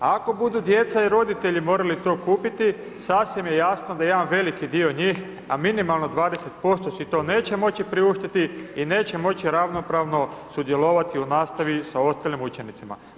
Ako budu djeca i roditelji morali to kupiti, sasvim je jasno da jedan veliki dio njih, a minimalno 20% si to neće moći priuštiti i neće moći ravnopravno sudjelovati u nastavi sa ostalim učenicima.